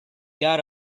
got